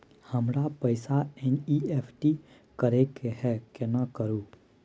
हमरा पैसा एन.ई.एफ.टी करे के है केना करू?